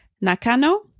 Nakano